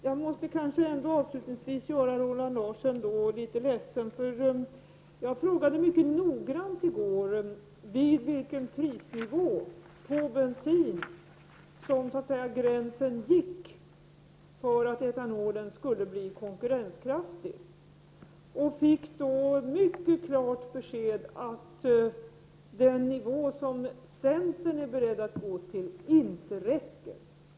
Herr talman! Jag måste ändå avslutningsvis göra Roland Larsson litet ledsen. Jag frågade mycket noggrant i går vid vilken prisnivå på bensin som gränsen gick för att etanolen skulle bli konkurrenskraftig, och jag fick då ett mycket klart besked att den nivå som centern är beredd att gå till inte räcker.